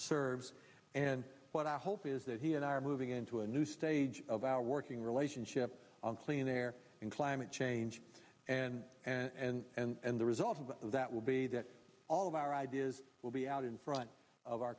serves and what i hope is that he and i are moving into a new stage of our working relationship on clean air and climate change and and and the result of that will be that all of our ideas will be out in front of our